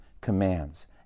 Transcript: commands